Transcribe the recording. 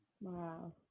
Wow